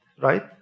right